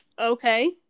Okay